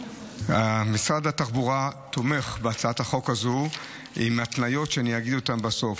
משרד התחבורה תומך בהצעת החוק הזאת עם התניות שאני אגיד בסוף.